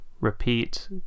Repeat